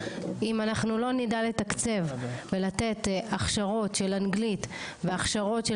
אם אנחנו לא נדע לתקצב ולתת הכשרות של אנגלית והכשרות של